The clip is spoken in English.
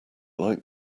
like